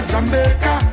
Jamaica